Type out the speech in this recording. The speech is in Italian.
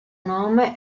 nome